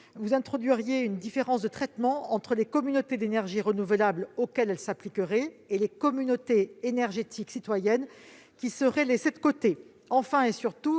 elle induirait une différence de traitement entre les communautés d'énergie renouvelable, auxquelles elle s'appliquerait, et les communautés énergétiques citoyennes, qui seraient laissées de côté.